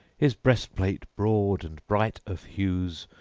his breastplate broad and bright of hues,